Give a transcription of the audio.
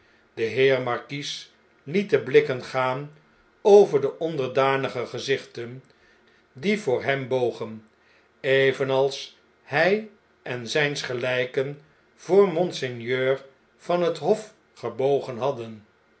de heer markies liet de blikken gaan over de onderdanige gezichten die voor hem bogen evenals hjj en zjjns gelijken voor monseigneur van het hof gebogen hadden